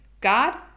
God